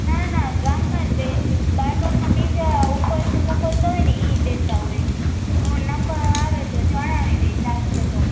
ના ના ગામમાંજ દઇશ બાર ગામમાં બીજા ઉપરથી મોકલતા હોયને એ દેતા હોય હું નંબર આવે તો જણાવી દઇશ આપશે તો